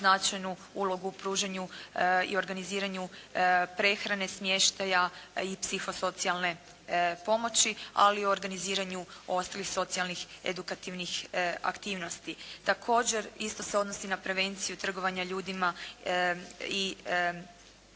značajnu ulogu u pružanju i organiziranju prehrane, smještaja i psihosocijalne pomoći ali i u organiziranju ostalih socijalnih edukativnih aktivnosti. Također, isto se odnosi na prevenciju trgovanja ljudima i naravno